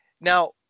now